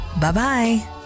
bye-bye